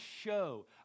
show